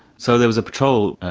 so there was a patrol,